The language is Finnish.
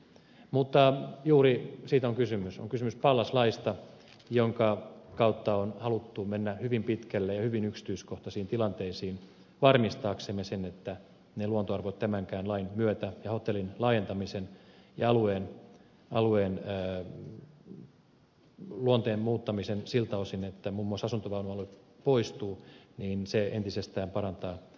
mutta juuri siitä on kysymys on kysymys pallas laista jonka kautta on haluttu mennä hyvin pitkälle ja hyvin yksityiskohtaisiin tilanteisiin varmistaaksemme sen että luontoarvojen osalta tämän lain myötä ja hotellin laajentamisen ja alueen luonteen muuttamisen myötä siltä osin että muun muassa asuntovaunualue poistuu tämä entisestään parantaa nykyistä tilannetta